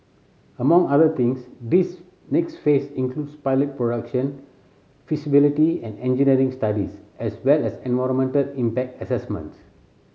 among other things this next phase includes pilot production feasibility and engineering studies as well as environmental impact assessments